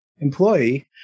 employee